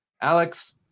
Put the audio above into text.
Alex